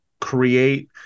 create